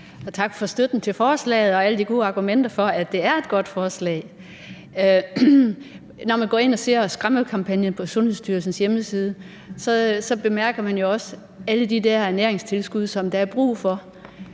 tak for støtten til forslaget og for alle de gode argumenter for, at det er et godt forslag. Når man går ind og ser skræmmekampagnen på Sundhedsstyrelsens hjemmeside, bemærker man jo også alle de der ernæringstilskud, der er brug for.